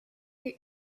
you